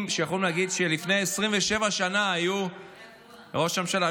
שיכולים להגיד שלפני 27 שנה היו ראש ממשלה.